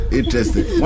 interesting